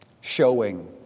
Showing